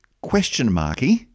question-marky